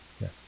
Yes